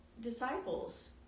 disciples